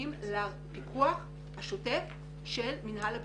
שנוגעים לפיקוח השוטף של מינהל הבטיחות.